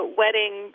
wedding